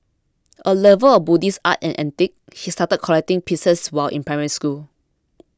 a lover of Buddhist art and antiquities he started collecting pieces while in Primary School